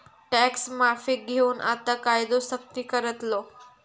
tax माफीक घेऊन आता कायदो सख्ती करतलो